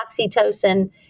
oxytocin